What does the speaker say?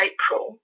April